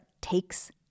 takes